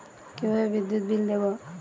কিভাবে বিদ্যুৎ বিল দেবো?